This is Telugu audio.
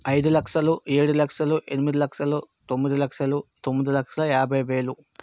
ఐదు లక్షలు ఏడు లక్షలు ఎనిమిది లక్షలు తొమ్మిది లక్షలు తొమ్మిది లక్షల యాభై వేలు